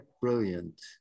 brilliant